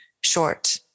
short